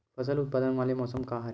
फसल उत्पादन वाले मौसम का हरे?